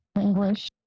English